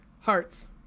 Hearts